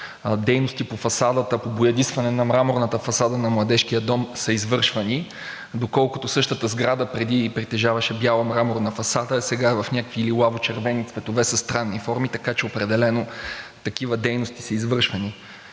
дейности по фасадата, по боядисване на мраморната фасада на Младежкия дом са извършвани, доколкото същата сграда преди притежаваше бяла мраморна фасада, а сега е в някакви лилаво-червени цветове със странни форми, така че определено такива дейности са извършвани.